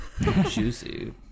Juicy